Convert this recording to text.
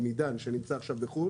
שנמצא עכשיו בחו"ל